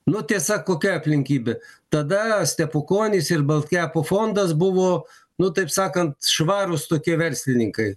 nu tiesa kokia aplinkybė tada stepukonis ir baltkepo fondas buvo nu taip sakant švarūs tokie verslininkai